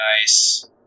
Nice